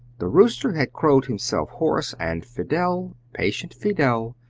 the rooster had crowed himself hoarse, and fidel, patient fidel,